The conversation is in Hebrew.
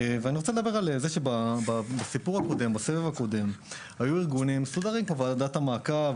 אני רוצה לדבר על זה שבסבב הקודם היו ארגונים מסודרים כמו ועדת המעקב,